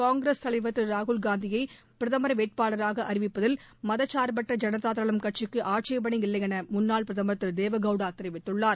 காங்கிரஸ் தலைவர் திரு ராகுல்காந்தியை பிரதமர் வேட்பாளராக அறிவிப்பதில் மதச்சார்பற்ற ஜனதாதளம் கட்சிக்கு ஆட்சேபணை இல்லையென முன்னாள் பிரதமர் திரு தேவேகவுடா தெரிவித்துள்ளார்